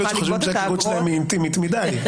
להיות שחושבים שהאגרות שלהם היא אינטימית מדי.